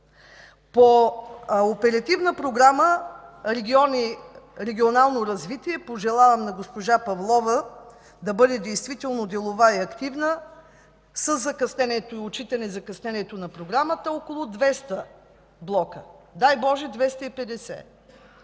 По Оперативна програма „Регионално развитие” – пожелавам на госпожа Павлова да бъде действително делова и активна, с отчитане на закъснението на Програмата, около 200 блока, дай Боже, 250